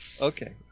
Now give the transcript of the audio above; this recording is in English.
Okay